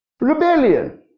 Rebellion